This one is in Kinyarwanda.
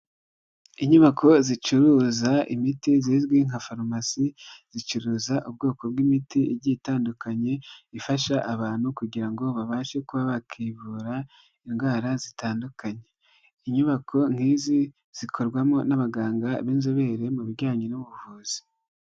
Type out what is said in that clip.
Inyubako zicuruza imiti zizwi nka farumasi, zicuruza ubwoko bw'imiti igiye itandukanye ifasha abantu kugira ngo babashe kuba bakivura indwara zitandukanye, inyubako nk'izi zikorwamo n'abaganga b'inzobere mu bijyanye n'ubuvuzi.